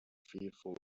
fearful